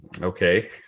okay